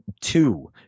two